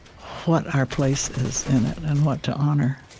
what our place is in it and what to honor.